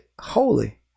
holy